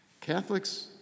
Catholics